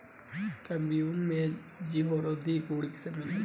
calcium में जीवरोधी गुण भी मिलेला